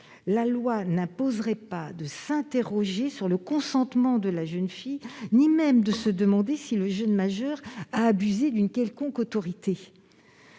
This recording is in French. La loi n'imposerait pas de s'interroger sur le consentement de la jeune fille, ni même de se demander si le jeune majeur a abusé d'une quelconque autorité.